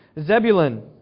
Zebulun